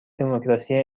دموکراسی